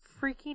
freaking